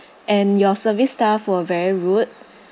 and your service staff were very rude